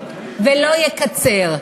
לא תקצר אותם.